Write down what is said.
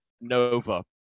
Nova